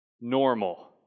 normal